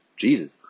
Jesus